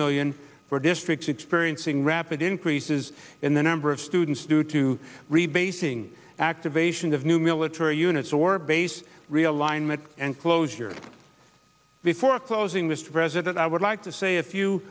million for districts experiencing rapid increases in the number of students due to rebasing activation of new military units or base realignment and closure before closing mr president i would like to say a few